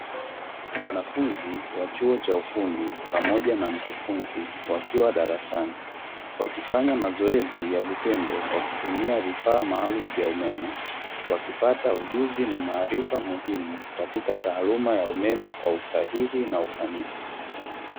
Mwanafunzi wa chuo cha ufundi pamoja na mkufunzi, wakiwa darasani; wakifanya mazoezi ya vitendo kwa kutumia vifaa maalumu vya umeme, wakipata ujuzi na maarifa muhimu katika taaluma ya umeme kwa usahihi na ufanisi.